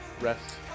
rest